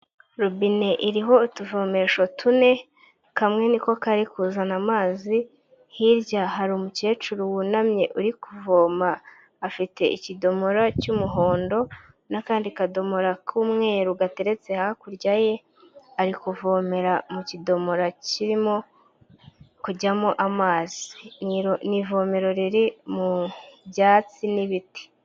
Robine iriho utuvomesho tune, kamwe niko kari kuzana amazi, hirya hari umukecuru wunamye uri kuvoma afite ikidomora cy'umuhondo, n'akandi kadomoro k'umweru gateretse hakurya ye, ari kuvomera mu kidomora kirimo kujyamo amazi nivomero riri mu byatsi n'ibiti.